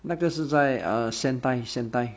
那个是在 err sendai sendai